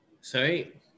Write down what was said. Sorry